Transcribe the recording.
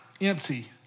empty